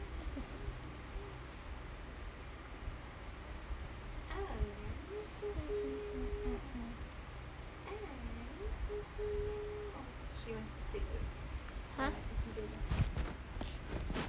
!huh!